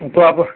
तो आप